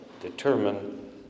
determine